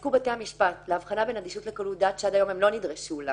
שייצקו בתי המשפט להבחנה בין אדישות לקלות דעת שעד היום הם לא נדרשו לה